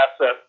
asset